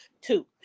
two